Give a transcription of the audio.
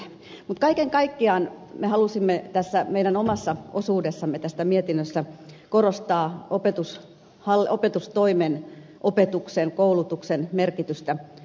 mutta kaiken kaikkiaan me halusimme tässä meidän omassa osuudessamme tästä mietinnöstä korostaa opetustoimen opetuksen koulutuksen merkitystä